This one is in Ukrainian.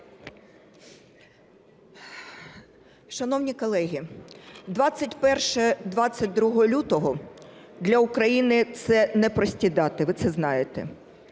Шановні колеги, 21-22 лютого для України – це непрості дані, ви це знаєте,